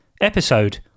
episode